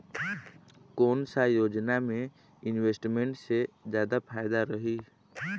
कोन सा योजना मे इन्वेस्टमेंट से जादा फायदा रही?